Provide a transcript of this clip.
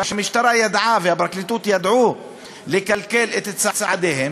שהמשטרה והפרקליטות ידעו לכלכל את צעדיהן,